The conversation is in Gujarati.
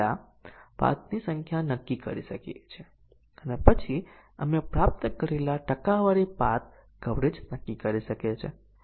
એ જ રીતે 2 અને 4 અને 4 અને 2 એ B નું સ્વતંત્ર મૂલ્યાંકન કરે છે તે બીજી કન્ડીશન છે